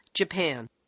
Japan